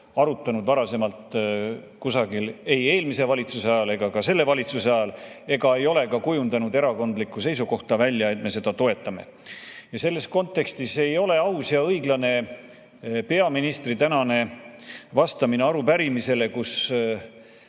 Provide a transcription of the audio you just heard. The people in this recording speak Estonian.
eelnõu varasemalt kusagil arutanud, ei eelmise valitsuse ajal ega ka selle valitsuse ajal. Me ei ole ka kujundanud välja erakondlikku seisukohta, et me seda toetame. Selles kontekstis ei ole aus ega õiglane peaministri tänane vastamine arupärimisele, kui